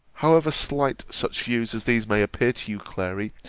however slight such views as these may appear to you, clary,